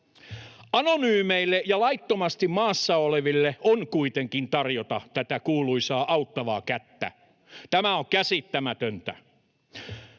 Anonyymeille ja laittomasti maassa oleville on kuitenkin tarjota tätä kuuluisaa auttavaa kättä. Tämä on käsittämätöntä.